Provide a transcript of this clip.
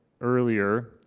earlier